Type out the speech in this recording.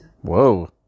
Whoa